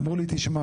אמרו לי תשמע,